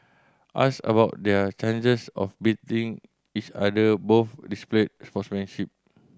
asked about their chances of beating each other both displayed sportsmanship